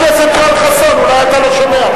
אולי אתה לא שומע,